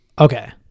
Okay